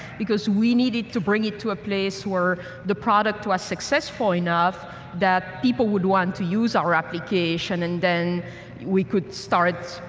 we needed to bring it to a place where the product was successful enough that people would want to use our applications and then we could start,